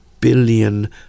billion